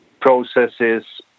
processes